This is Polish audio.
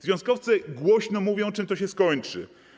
Związkowcy głośno mówią, czym to się skończy.